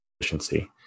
efficiency